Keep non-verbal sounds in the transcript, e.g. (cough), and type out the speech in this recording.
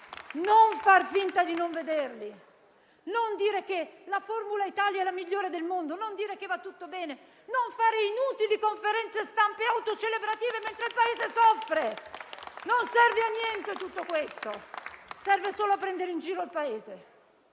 non fare finta di non vederli, non dire che la formula Italia è la migliore del mondo, non dire che va tutto bene, non fare inutili conferenze stampa autocelebrative mentre il Paese soffre. (applause) Tutto questo non serve a niente, serve solo a prendere in giro il Paese